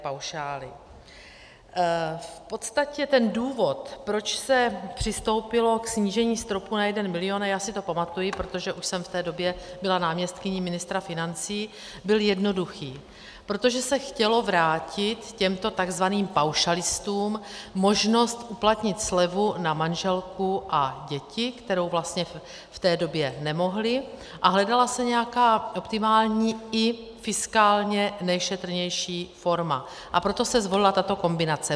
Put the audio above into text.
V podstatě ten důvod, proč se přistoupilo ke snížení stropu na jeden milion, a já si to pamatuji, protože už jsem v té době byla náměstkyní ministra financí, byl jednoduchý: protože se chtěla vrátit těmto tzv. paušalistům možnost uplatnit slevu na manželku a děti, kterou vlastně v té době nemohli, a hledala se nějaká optimální i fiskálně nejšetrnější forma, a proto se zvolila tato kombinace.